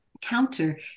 counter